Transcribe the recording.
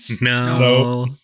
No